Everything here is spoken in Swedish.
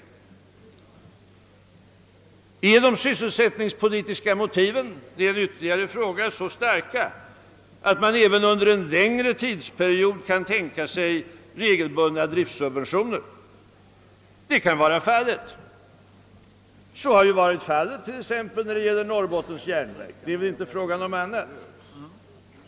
Ytterligare en fråga som måste ställas är: Är de sysselsättningspolitiska motiven så starka att man även under en längre tidsperiod kan tänka sig regelbundna driftsubventioner? Det kan mycket väl hända. Så har ju t.ex. varit fallet med Norrbottens järnverk.